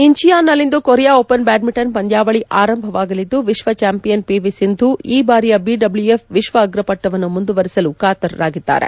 ಇಂಚಿಯಾನ್ನಲ್ಲಿಂದು Korea open badminton ಪಂದ್ನಾವಳಿ ಆರಂಭವಾಗಲಿದ್ಲು ವಿಶ್ವ ಚಾಂಪಿಯನ್ ಪಿ ವಿ ಸಿಂಧು ಈ ಬಾರಿಯ ಬಿಡಬ್ಲ್ಯೂಎಫ್ ವಿಶ್ವ ಅಗ್ರಪಟ್ಟವನ್ನು ಮುಂದುವರೆಸಲು ಕಾತರರಾಗಿದ್ದಾರೆ